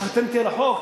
שחתם אתי על החוק,